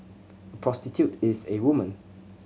a prostitute is a woman